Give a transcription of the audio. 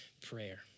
prayer